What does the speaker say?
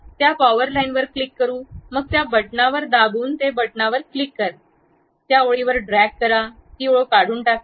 त्या पॉवर लाईनवर क्लिक करू मग त्या बटणावर दाबून ते बटणावर क्लिक करा त्या ओळीवर ड्रॅग करा ती ओळ काढून टाकते